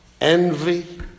envy